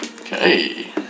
Okay